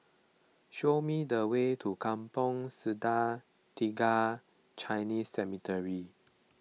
show me the way to Kampong Sungai Tiga Chinese Cemetery